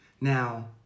now